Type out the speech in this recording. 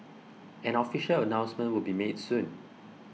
an official announcement would be made soon